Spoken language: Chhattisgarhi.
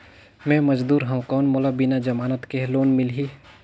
मे मजदूर हवं कौन मोला बिना जमानत के लोन मिलही?